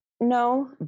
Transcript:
no